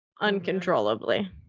Uncontrollably